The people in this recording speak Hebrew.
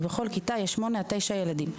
ובכל כיתה יש שמונה עד תשעה ילדים.